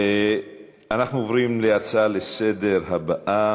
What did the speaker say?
אנחנו עוברים להצעה הבאה לסדר-היום,